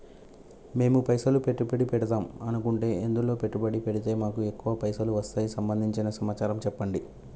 మేము పైసలు పెట్టుబడి పెడదాం అనుకుంటే ఎందులో పెట్టుబడి పెడితే మాకు ఎక్కువ పైసలు వస్తాయి సంబంధించిన సమాచారం చెప్పండి?